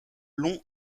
long